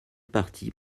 partie